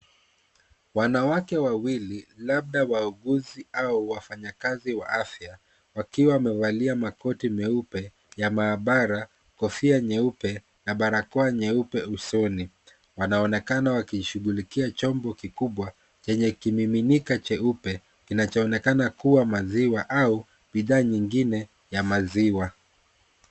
Wanawake wawili, labda wauguzi au wafanyakazi wa afya, wakiwa wamevalia makoti meupe ya maabara, kofia nyeupe, na barakoa nyeupe usoni. Wanaonekana wakishughulikia chombo kikubwa chenye kimiminika cheupe, kinachoonekana kuwa maziwa au bidhaa nyingine ya maziwa.